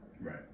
Right